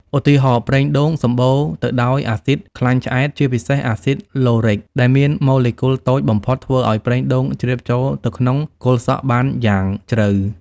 ឧទាហរណ៍ ប្រេងដូង សម្បូរទៅដោយអាស៊ីដខ្លាញ់ឆ្អែត ជាពិសេស អាស៊ីដ ឡូរិក (Lauric) ដែលមានម៉ូលេគុលតូចបំផុតធ្វើឲ្យប្រេងដូងជ្រាបចូលទៅក្នុងគល់សក់បានយ៉ាងជ្រៅ។